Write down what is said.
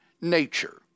nature